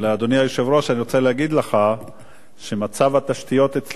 אני רוצה להגיד לך שמצב התשתיות אצלנו ביישובים,